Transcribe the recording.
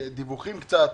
דיווחים וכולי.